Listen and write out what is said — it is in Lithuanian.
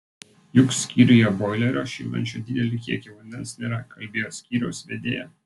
juk skyriuje boilerio šildančio didelį kiekį vandens nėra kalbėjo skyriaus vedėja